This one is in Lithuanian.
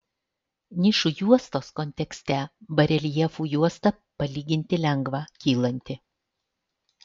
nišų juostos kontekste bareljefų juosta palyginti lengva kylanti